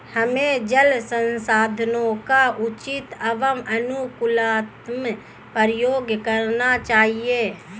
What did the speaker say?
हमें जल संसाधनों का उचित एवं अनुकूलतम प्रयोग करना चाहिए